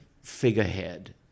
figurehead